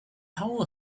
hole